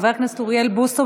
חבר הכנסת אוריאל בוסו,